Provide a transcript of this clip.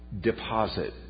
deposit